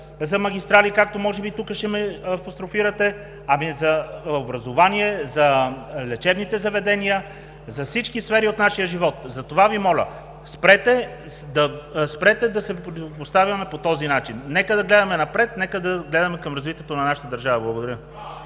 за магистрали, както може би тук ще ме апострофирате – за образование, за лечебните заведения, за всички сфери от нашия живот. Затова Ви моля – спрете да се противопоставяме по този начин. Нека да гледаме напред, нека да гледаме към развитието на нашата държава. Благодаря.